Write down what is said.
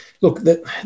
look